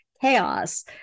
Chaos